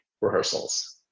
rehearsals